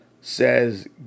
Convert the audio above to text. says